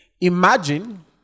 imagine